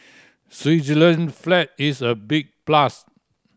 Switzerland flag is a big plus